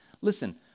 Listen